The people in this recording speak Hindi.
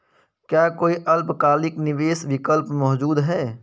क्या कोई अल्पकालिक निवेश विकल्प मौजूद है?